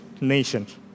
nations